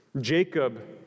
Jacob